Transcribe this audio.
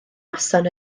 noson